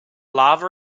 larva